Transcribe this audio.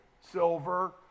silver